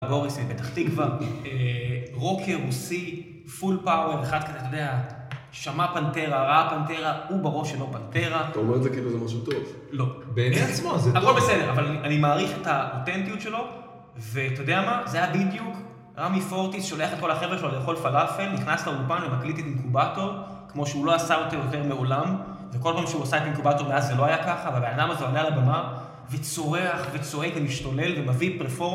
בוריסי, פתח תקווה, רוקר, רוסי, פול פאואר, אחד כזה, אתה יודע, שמע פנטרה, ראה פנטרה, הוא בראש שלו פנטרה. אתה אומר את זה כאילו זה משהו טוב. לא. בעצם. בעצמו זה טוב. הכל בסדר, אבל אני מעריך את האותנטיות שלו, ואתה יודע מה, זה היה בדיוק, רמי פורטיס שולח את כל החבר'ה שלו לאכול פלאפל, נכנס לאולפן ומקליט את אינקובטור, כמו שהוא לא עשה יותר מעולם, וכל פעם שהוא עושה את אינקובטור מאז זה לא היה ככה, אבל הבן אדם הזה עולה לבמה, וצורח, וצועק, ומשתולל, ומביא פרפורמ.